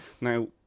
Now